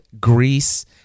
Greece